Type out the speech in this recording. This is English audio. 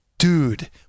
Dude